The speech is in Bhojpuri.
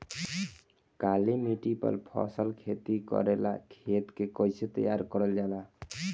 काली मिट्टी पर फसल खेती करेला खेत के कइसे तैयार करल जाला?